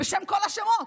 בשם כל השמות?